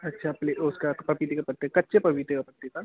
अच्छा उसका पपीते के पत्ते कच्चे पपीते के पत्ते का